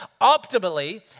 optimally